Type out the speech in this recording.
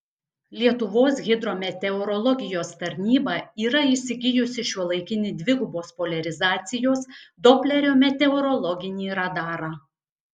lietuvos hidrometeorologijos tarnyba yra įsigijusi šiuolaikinį dvigubos poliarizacijos doplerio meteorologinį radarą